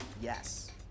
Yes